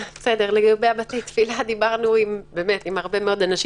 לגבי בתי תפילה, דיברנו גם עם הרבה מאוד אנשים.